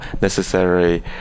necessary